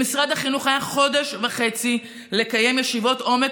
למשרד החינוך היה חודש וחצי לקיים ישיבות עומק